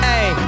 Hey